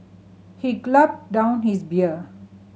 he gulped down his beer